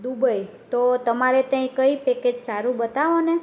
Dubai તો તમારે ત્યાં એ કંઈ પેકેજ સારું બતાવો ને